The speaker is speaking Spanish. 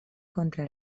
contra